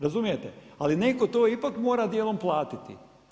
Razumijete, ali netko to ipak mora dijelom platiti.